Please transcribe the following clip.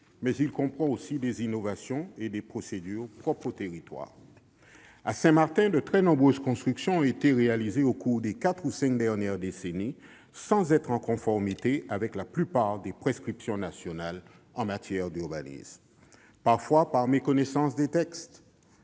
Mais il comprend aussi des innovations et des procédures propres au territoire. À Saint-Martin, de très nombreuses constructions ont été réalisées au cours des quatre ou cinq dernières décennies sans être en conformité avec la plupart des prescriptions nationales en matière d'urbanisme. Cette situation résultait parfois d'une méconnaissance des textes,